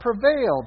prevailed